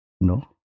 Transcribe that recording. No